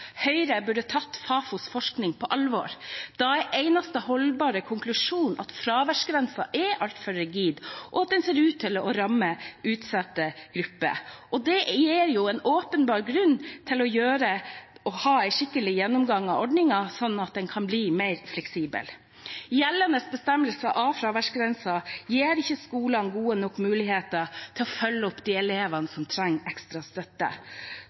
Høyre burde tatt Fafos forskning på alvor. Der er eneste holdbare konklusjon at fraværsgrensen er altfor rigid, og at den ser ut til å ramme utsatte grupper. Det gir en åpenbar grunn til å ha en skikkelig gjennomgang av ordningen, sånn at den kan bli mer fleksibel. Gjeldende bestemmelse av fraværsgrensen gir ikke skolene gode nok muligheter til å følge opp de elevene som trenger ekstra støtte.